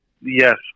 Yes